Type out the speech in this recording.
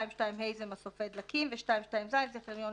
2.2ה זה מסופי דלקים; ו-2.2 ז זה חניון